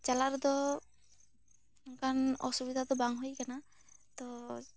ᱪᱟᱞᱟᱣ ᱨᱮᱫᱚ ᱚᱱᱠᱟᱱ ᱚᱥᱩᱵᱤᱫᱟ ᱫᱚ ᱵᱟᱝ ᱦᱩᱭ ᱠᱟᱱᱟ ᱛᱚ